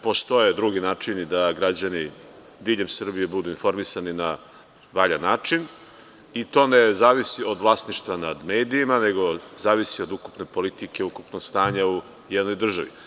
Postoje drugi načini da građani Srbije budu informisani na valjan način i to ne zavisi od vlasništva nad medijima, nego zavisi od ukupne politike, od ukupnog stanja u jednoj državi.